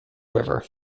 river